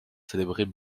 célébrées